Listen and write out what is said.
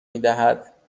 میدهد